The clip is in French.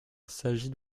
sajid